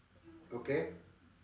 okay